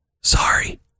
Sorry